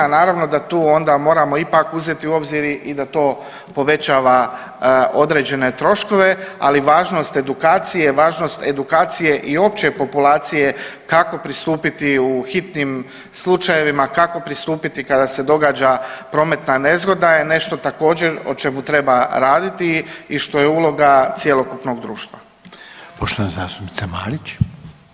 Naravno da tu onda moramo ipak uzeti u obzir i da to povećava određene troškove, ali važnost edukacije, važnost edukacije i opće populacije kako pristupiti u hitnim slučajevima, kako pristupiti kada se događa prometna nezgoda je nešto također, o čemu treba raditi i što je uloga cjelokupnog društva.